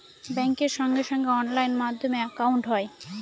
ব্যাঙ্কের সঙ্গে সঙ্গে অনলাইন মাধ্যমে একাউন্ট হয়